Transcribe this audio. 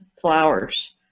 flowers